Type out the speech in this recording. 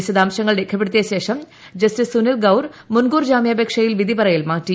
വിശദാംശങ്ങൾ രേഖപ്പെടുത്തിയ ശേഷം ജസ്റ്റീസ് സുനിൽ ഗൌർ മുൻകൂർ ജാമ്യാപേക്ഷയിൽ വിധി പറയൽ മാറ്റി